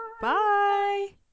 Bye